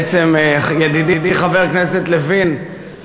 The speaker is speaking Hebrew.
בעצם, ידידי חבר הכנסת לוין,